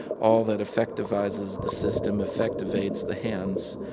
all that affectivizes the system, affectivates the hands.